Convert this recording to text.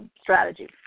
strategy